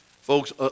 Folks